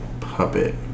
Puppet